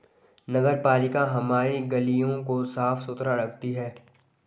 नगरपालिका हमारी गलियों को साफ़ सुथरा रखती है